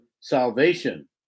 salvation